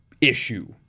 issue